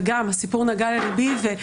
וגם הסיפור נגע לליבי.